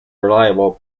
reliable